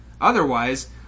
Otherwise